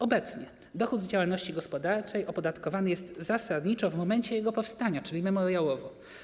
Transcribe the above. Obecnie dochód z działalności gospodarczej opodatkowany jest zasadniczo w momencie jego powstania, czyli memoriałowo.